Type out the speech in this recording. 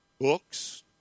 books